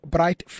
Bright